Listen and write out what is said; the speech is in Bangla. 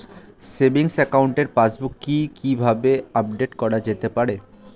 সেভিংস একাউন্টের পাসবুক কি কিভাবে আপডেট করা যেতে পারে?